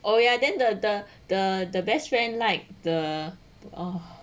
oh ya then the the the the best friend like the O